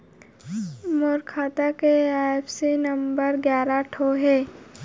मोर खाता के IFSC number का हे?